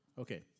Okay